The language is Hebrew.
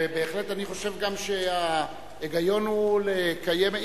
בהחלט אני חושב שההיגיון הוא לקיים,